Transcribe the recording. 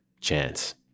chance